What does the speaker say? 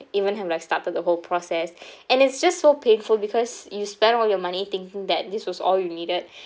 even have like started the whole process and it's just so painful because you spend all your money thinking that this was all you needed